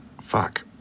Fuck